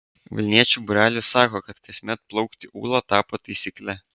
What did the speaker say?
vilniečių būrelis sako kad kasmet plaukti ūla tapo taisykle